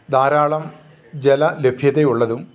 ധാരാളം ജല ലഭ്യത ഉള്ളതും